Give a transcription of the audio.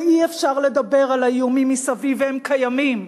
ואי-אפשר לדבר על האיומים מסביב, והם קיימים,